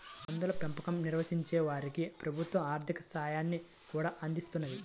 పందుల పెంపకం నిర్వహించే వారికి ప్రభుత్వం ఆర్ధిక సాయాన్ని కూడా అందిస్తున్నది